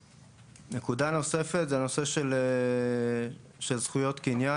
נקודה נוספת היא הנושא של זכויות קניין